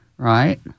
right